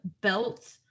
belt